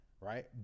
right